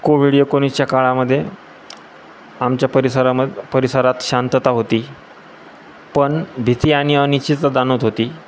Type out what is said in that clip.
COVID एकोणीसच्या काळामध्ये आमच्या परिसरामध्ये परिसरात शांतता होती पण भीती आणि अनिश्चितता जाणवत होती